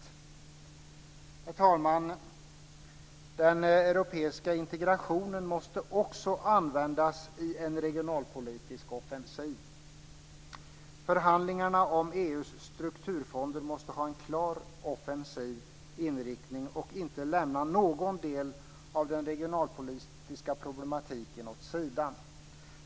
Herr talman! Den europeiska integrationen måste också användas i en regionalpolitisk offensiv. Förhandlingarna om EU:s strukturfonder måste ha en klar offensiv inriktning och inte lämna någon del av den regionalpolitiska problematiken åt sidan.